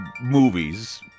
movies